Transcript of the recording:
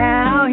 Now